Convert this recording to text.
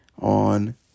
on